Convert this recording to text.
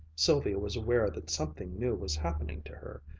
sylvia was aware that something new was happening to her,